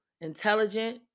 intelligent